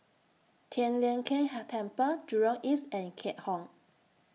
Tian Leong Keng Temple Jurong East and Keat Hong